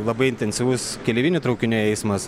labai intensyvus keleivinių traukinių eismas